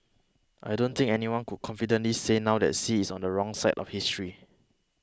I don't think anyone could confidently say now that Xi is on the wrong side of history